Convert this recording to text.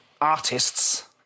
Artists